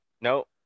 No